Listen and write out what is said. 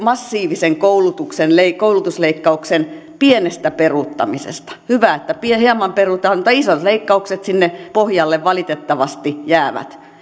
massiivisen koulutusleikkauksen pienestä peruuttamisesta hyvä että hieman perutaan mutta isot leikkaukset sinne pohjalle valitettavasti jäävät